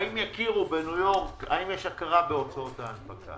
האם יש שם הכרה בהוצאות ההנפקה?